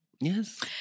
Yes